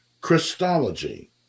Christology